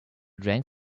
drank